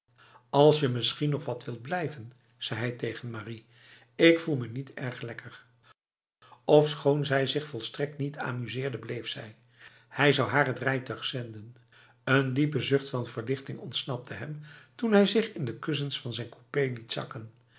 als je misschien nog wat wilt blijvenh ze hij tegen marie ik voel me niet erg lekker ofschoon zij zich volstrekt niet amuseerde bleef zij hij zou haar t rijtuig zenden een diepe zucht van verlichting ontsnapte hem toen hij zich in de kussens van zijn coupé liet zakken